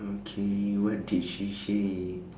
okay what did she say